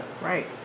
Right